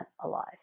alive